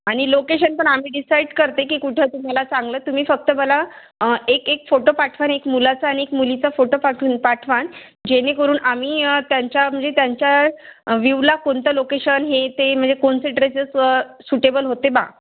आणि लोकेशन पण आम्ही डिसाईड करते की कुठं तुम्हाला चांगलं तुम्ही फक्त मला एक एक फोटो पाठवाल एक मुलाचा आणि एक मुलीचा फोटो पाठवून पाठवाल जेणेकरून आम्ही त्यांच्या म्हणजे त्यांच्या व्यूला कोणतं लोकेशन हे ते म्हणजे कोणते ड्रेसेस व सुटेबल होते बा